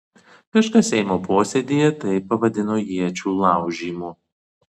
kažkas seimo posėdyje tai pavadino iečių laužymu